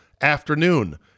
afternoon